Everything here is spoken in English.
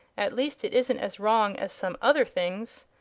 at least, it isn't as wrong as some other things.